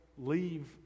leave